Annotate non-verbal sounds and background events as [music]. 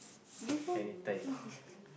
this one [laughs]